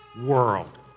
world